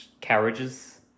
carriages